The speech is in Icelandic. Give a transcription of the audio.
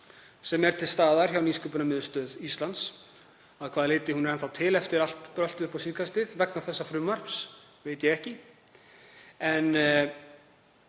sem er til staðar hjá Nýsköpunarmiðstöð Íslands. Að hvaða leyti hún er enn þá til eftir allt bröltið upp á síðkastið vegna þessa frumvarps veit ég ekki.